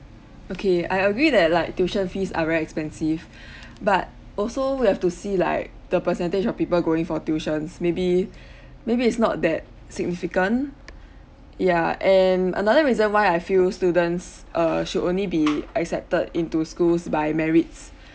okay I agree that like tuition fees are very expensive but also we have to see like the percentage of people going for tuitions maybe maybe it's not that significant ya and another reason why I feel students uh should only be accepted into schools by merits